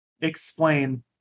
Explain